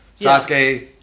Sasuke